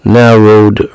narrowed